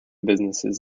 businesses